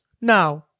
now